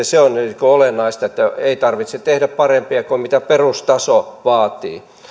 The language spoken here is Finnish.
se on olennaista että ei tarvitse tehdä parempia kuin mitä perustaso vaatii